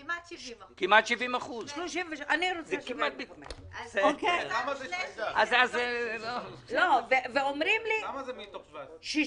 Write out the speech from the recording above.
כמעט 70%. ואומרים לי 66%,